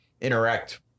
interact